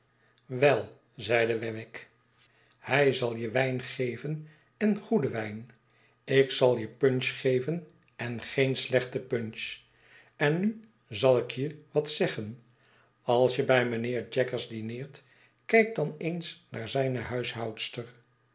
wei zeide wemmick hij zal je wijn geven en goeden wijn ik zal je punch geven en geen slechte punch en nu zal ik je wat zeggen als je bij mijnheer jaggers dineert kijk dan eens naar zijne